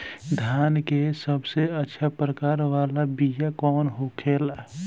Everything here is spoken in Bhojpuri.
धान के सबसे अच्छा प्रकार वाला बीया कौन होखेला?